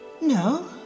No